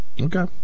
Okay